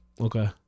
Okay